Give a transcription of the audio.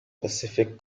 pacific